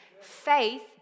Faith